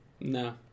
No